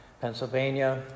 Pennsylvania